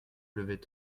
lever